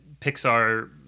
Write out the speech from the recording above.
Pixar